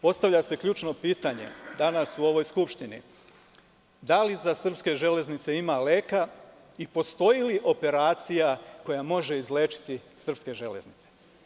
Postavlja se ključno pitanje danas u ovoj Skupštini – da li za srpske železnice ima leka i postoji li operacija koja može izlečiti srpske železnice?